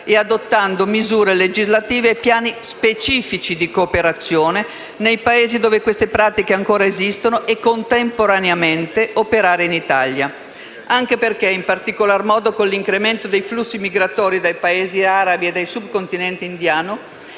e adottando misure legislative e piani specifici di cooperazione nei Paesi dove queste pratiche ancora esistono e, contemporaneamente, operare in Italia. Anche perché, in particolar modo con l'incremento dei flussi migratori dai Paesi arabi e dal subcontinente indiano